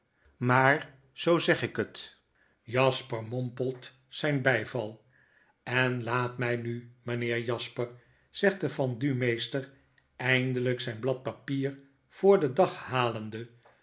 maar zoo zeg ik het jasper mompelt zyn byval en laat mij nu mynheer jasper zegt de vendumeester eindelijk zijn blad papier voor den dag halende